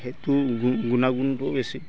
সেইটো গু গুণাগুণটোও বেছি